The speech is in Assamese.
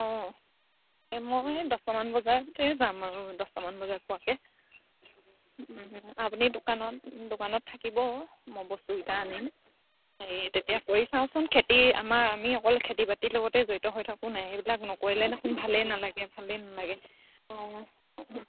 অঁ এই মই দহটামান বজাতে যাম আৰু দহটামান বজাত পোৱাকৈ আপুনি দোকানত দোকানত থাকিব মই বস্তুকেইটা আনিম হেৰি তেতিয়া কৰি চাওঁচোন খেতি আমাৰ আমি অকল খেতি বাতিৰ লগতে জড়িত হৈ থাকোঁ নাই এইবিলাক নকৰিলে দেখোন ভালেই নালাগে ভালেই নালাগে অঁ